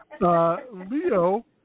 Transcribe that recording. Leo